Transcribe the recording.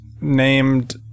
named